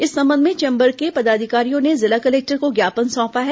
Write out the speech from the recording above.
इस संबंध में चेम्बर के पदाधिकारियों ने जिला कलेक्टर को ज्ञापन सौंपा है